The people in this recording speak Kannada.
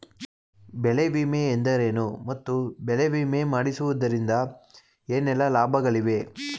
ಬೆಳೆ ವಿಮೆ ಎಂದರೇನು ಮತ್ತು ಬೆಳೆ ವಿಮೆ ಮಾಡಿಸುವುದರಿಂದ ಏನೆಲ್ಲಾ ಲಾಭಗಳಿವೆ?